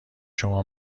شما